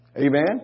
Amen